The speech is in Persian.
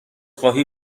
خواهی